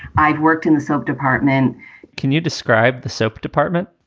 i've worked in the soap department can you describe the soap department?